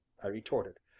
i retorted.